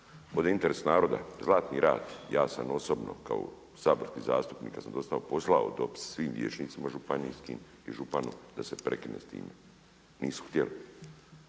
je interes naroda, Zlatni rat, ja sam osobno kao saborski zastupnik kada sam poslao dopis svim vijećnicima županijskim i županu da se prekine s time, nisu htjeli.